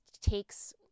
takes